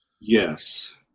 Yes